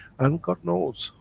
and god knows,